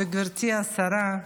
גברתי השרה.